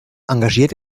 engagiert